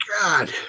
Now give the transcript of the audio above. God